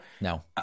no